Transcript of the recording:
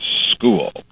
school